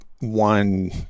one